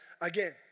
again